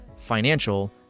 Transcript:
financial